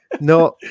No